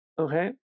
Okay